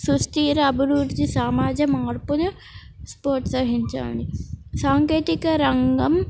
సుస్థిర అభివృద్ధి సామాజ మార్పును ప్రోత్సహించాయి సాంకేతిక రంగం